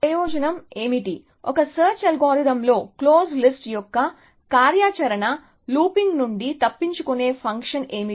ప్రయోజనం ఏమిటి ఒక సెర్చ్ అల్గోరిథంలో క్లోజ్ లిస్ట్ యొక్క కార్యాచరణ లూపింగ్ నుండి తప్పించుకునే ఫంక్షన్ ఏమిటి